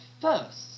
first